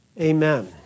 amen